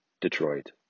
Detroit